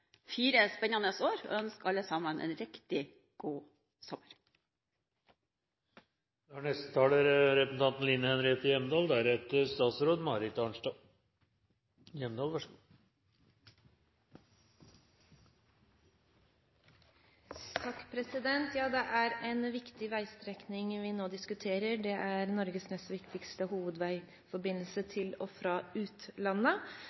fire spennende år, og ønske alle sammen en riktig god sommer. Det er en viktig veistrekning vi nå diskuterer. Det er Norges nest viktigste hovedveiforbindelse